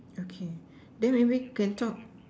okay then maybe can talk